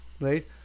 right